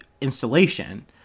installation